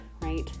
right